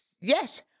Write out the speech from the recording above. Yes